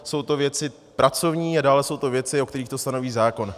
Jsou to věci pracovní a dále jsou to věci, u kterých to stanoví zákon.